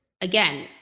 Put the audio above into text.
again